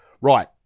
right